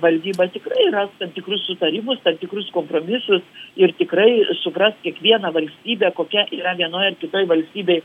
valdyba tikrai ras tam tikrus sutarimus tam tikrus kompromisus ir tikrai supras kiekvieną valstybę kokia yra vienoj ar kitoj valstybėj